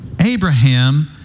Abraham